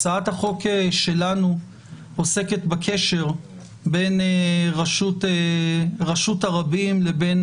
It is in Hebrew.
הצעת החוק שלנו עוסקת בקשר בין רשות הרבים לבין